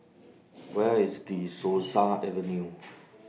Where IS De Souza Avenue